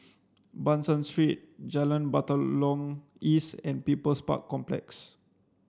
Ban San Street Jalan Batalong East and People's Park Complex